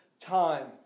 time